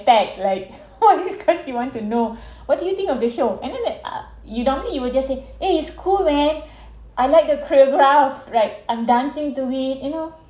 back like this because you want to know what do you think of the show and then like ah you normally you will just say it is cool man I like the choreograph like I'm dancing to it you know